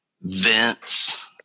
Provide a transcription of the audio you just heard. Vince